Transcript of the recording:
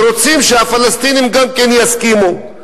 ורוצים שהפלסטינים גם כן יסכימו.